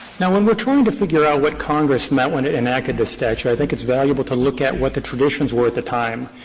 now, when we're trying to figure out what congress meant when it enacted the statute, i think it's valuable to look at what the traditions were at the time.